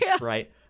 right